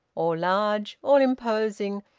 all large, all imposing,